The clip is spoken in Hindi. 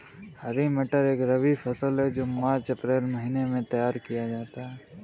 हरी मटर एक रबी फसल है जो मार्च अप्रैल महिने में तैयार किया जाता है